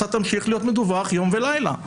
אתה תמשיך להיות מדווח יום ולילה.